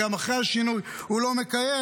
וגם אחרי השינוי הוא לא מקיים.